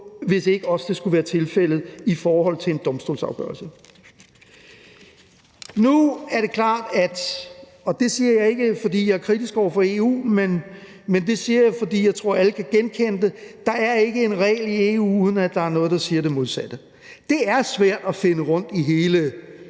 hvis det ikke også skulle være tilfældet i forhold til en domstolsafgørelse. Nu er det klart – og det siger jeg ikke, fordi jeg er kritisk over for EU, men det siger jeg, fordi jeg tror, at alle kan genkende det – at der ikke er en regel i EU, uden at der er noget, der siger det modsatte. Det er svært at finde rundt i hele